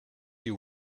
you